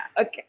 Okay